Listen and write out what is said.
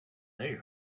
they